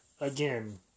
Again